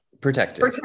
protective